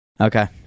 Okay